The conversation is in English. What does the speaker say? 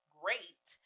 great